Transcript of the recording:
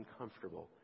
uncomfortable